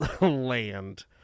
land